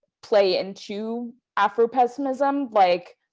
play into afropessimism. like